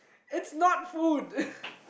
it's not food